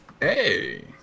Hey